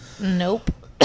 Nope